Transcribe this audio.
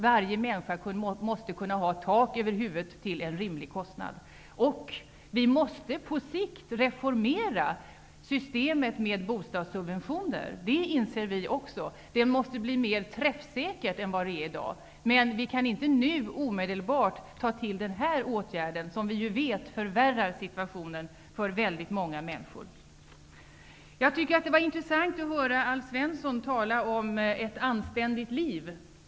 Varje människa måste kunna ha tak över huvudet till en rimlig kostnad. Vi måste på sikt reformera systemet med bostadssubventioner. Det inser vi också. Det måste bli mer träffsäkert än det är i dag. Men vi kan inte nu omedelbart ta till den här åtgärden som vi vet förvärrar situationen för väldigt många människor. Jag tycker att det var intressant att höra Alf Svensson tala om ett anständigt liv.